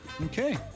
Okay